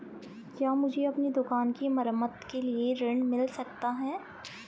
क्या मुझे अपनी दुकान की मरम्मत के लिए ऋण मिल सकता है?